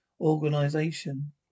organization